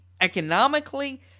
economically